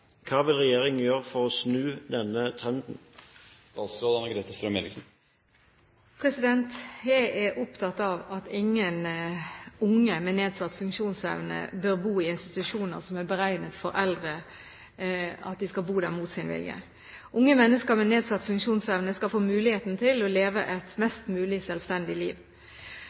Hva vil regjeringen gjøre for å snu denne trenden?» Jeg er opptatt av at ingen unge med nedsatt funksjonsevne bør bo i institusjoner som er beregnet for eldre, mot sin vilje. Unge mennesker med nedsatt funksjonsevne skal få mulighet til å leve et mest mulig selvstendig liv.